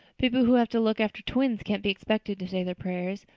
people who have to look after twins can't be expected to say their prayers.